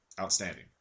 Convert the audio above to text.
Outstanding